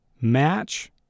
match